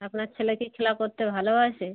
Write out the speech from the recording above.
আপনার ছেলে কি খেলা করতে ভালোবাসে